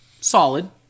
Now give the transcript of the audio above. Solid